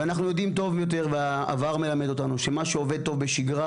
אנחנו יודעים טוב יותר והעבר מלמד אותנו שמה שעובד טוב בשגרה,